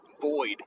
void